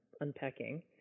unpacking